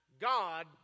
God